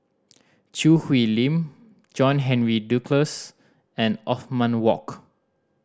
Choo Hwee Lim John Henry Duclos and Othman Wok